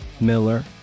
Miller